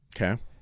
okay